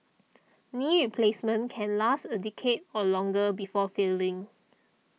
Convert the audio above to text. knee replacements can last a decade or longer before failing